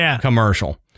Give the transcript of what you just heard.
commercial